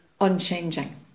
unchanging